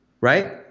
right